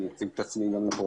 אציג את עצמי גם לפרוטוקול.